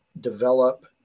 develop